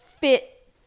fit